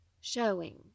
showing